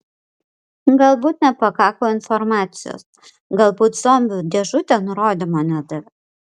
galbūt nepakako informacijos galbūt zombių dėžutė nurodymo nedavė